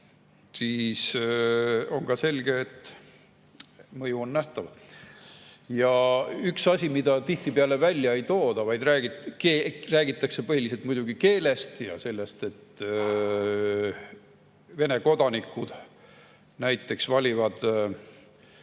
siis on selge, et mõju on nähtav. Ja üks asi, mida tihtipeale välja ei tooda, sest räägitakse põhiliselt muidugi keelest ja sellest, et Vene kodanikud valivad